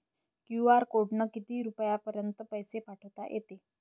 QR कोडनं किती रुपयापर्यंत पैसे पाठोता येते?